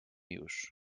już